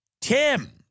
Tim